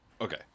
Okay